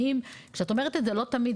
שאת אומרת לא תמיד,